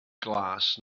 glas